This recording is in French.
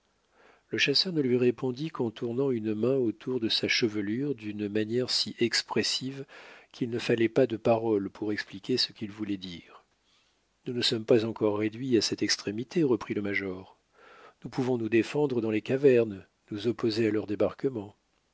le chasseur ne lui répondit qu'en tournant une main autour de sa chevelure d'une manière si expressive qu'il ne fallait pas de paroles pour expliquer ce qu'il voulait dire nous ne sommes pas encore réduits à cette extrémité reprit le major nous pouvons nous défendre dans les cavernes nous opposer à leur débarquement